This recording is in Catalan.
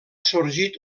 sorgit